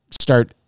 start